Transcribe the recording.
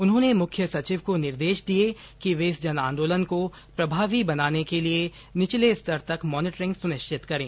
उन्होंने मुख्य सचिव को निर्देश दिए कि वे इस जन आंदोलन को प्रभावी बनाने के लिए निचले स्तर तक मॉनिटरिंग सुनिश्चित करें